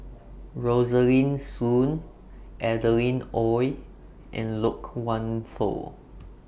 Rosaline Soon Adeline Ooi and Loke Wan Tho